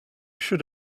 should